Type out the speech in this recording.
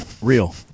Real